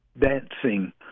dancing